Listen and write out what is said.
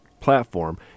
platform